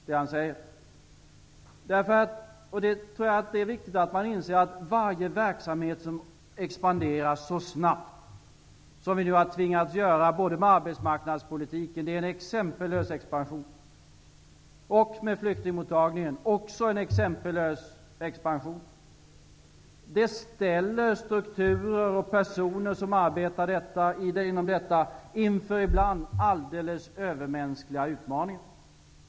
Det är viktigt att inse att varje verksamhet som vi tvingas expandera så snabbt som både arbetsmarknadspolitiken -- det är en exempellös expansion -- och flyktingmottagningen -- också det en exempellös expansion -- ställer strukturer och de personer som arbetar med detta inför ibland helt övermänskliga utmaningar.